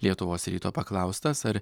lietuvos ryto paklaustas ar